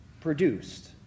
produced